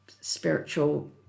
spiritual